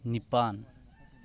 ꯅꯤꯄꯥꯟ